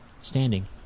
standing